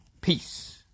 Peace